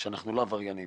לא כעל עבריינים